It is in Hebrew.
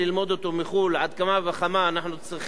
על כמה וכמה אנחנו צריכים להצדיע.